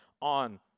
on